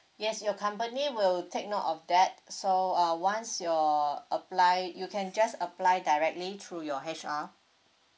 yes your company will take note of that so uh once you're apply you can just apply directly through your H_R